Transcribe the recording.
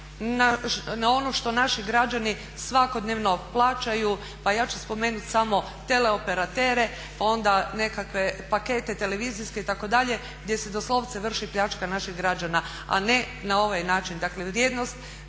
na ono što naši građani svakodnevno plaćaju. Pa ja ću spomenuti samo teleoperatere, pa onda nekakve pakete televizijske itd… gdje se doslovce vrši pljačka naših građana a ne na ovaj način. Dakle vrijednost